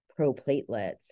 proplatelets